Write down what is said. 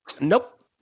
Nope